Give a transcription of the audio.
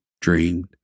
dreamed